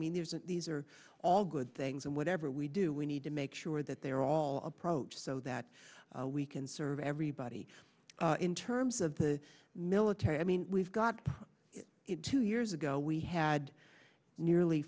mean there's a these are all good things and whatever we do we need to make sure that they're all approach so that we can serve everybody in terms of the military i mean we've got it two years ago we had nearly